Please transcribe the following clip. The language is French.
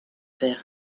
fer